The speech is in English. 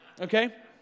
Okay